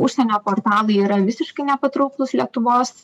užsienio portalai yra visiškai nepatrauklūs lietuvos